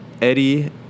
Eddie